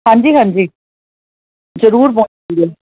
ਹਾਂਜੀ ਹਾਂਜੀ ਜ਼ਰੂਰ